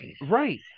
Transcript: right